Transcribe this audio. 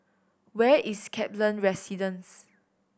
where is Kaplan Residence